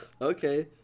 Okay